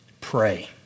Pray